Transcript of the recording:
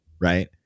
right